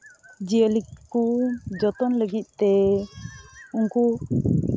ᱡᱤᱭᱟᱹᱞᱤ ᱠᱚ ᱡᱚᱛᱚᱱ ᱞᱟᱹᱜᱤᱫ ᱛᱮ ᱩᱱᱠᱩ